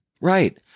Right